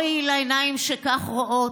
אוי לעיניים שכך רואות,